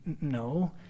No